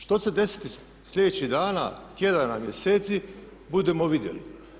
Što će se desiti sljedećih dana, tjedana, mjeseci, budemo vidjeli.